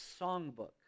songbook